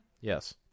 Yes